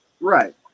Right